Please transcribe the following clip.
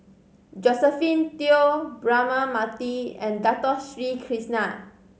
Josephine Teo Braema Mathi and Dato Sri Krishna